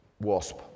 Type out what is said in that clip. wasp